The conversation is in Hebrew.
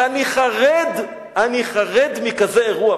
ואני חרד, אני חרד מכזה אירוע.